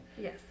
Yes